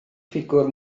ffigwr